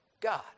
God